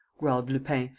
growled lupin,